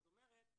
זאת אומרת,